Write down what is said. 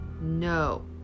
No